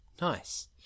Nice